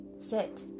Sit